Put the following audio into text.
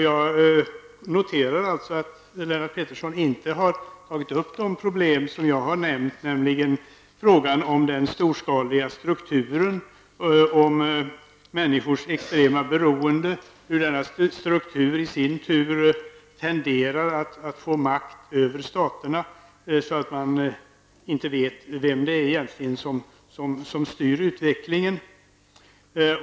Jag noterar att Lennart Pettersson inte har tagit upp de problem jag har nämnt, nämligen den storskaliga strukturen, människors extrema beroende och att denna struktur i sin tur tenderar att få makt över staterna, så att man inte vet vem som egentligen styr utvecklingen.